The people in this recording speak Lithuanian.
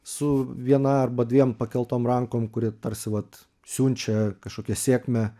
su viena arba dviem pakeltom rankom kurie tarsi vat siunčia kažkokią sėkmę